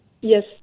yes